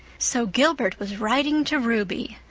so gilbert was writing to ruby!